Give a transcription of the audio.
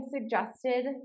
suggested